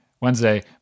Wednesday